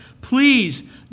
Please